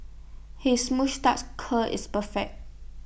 his moustache curl is perfect